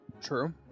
True